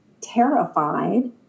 terrified